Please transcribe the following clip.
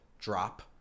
drop